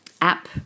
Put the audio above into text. app